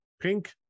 pink